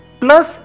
plus